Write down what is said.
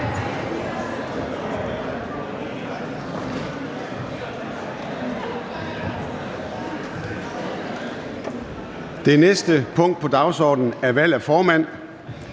Det næste punkt på dagsordenen er: 2) Valg af formand.